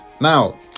Now